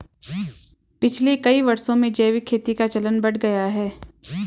पिछले कई वर्षों में जैविक खेती का चलन बढ़ गया है